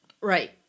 Right